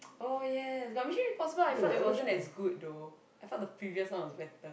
oh yes but Mission-Impossible I felt it wasn't as good though I felt the previous one was better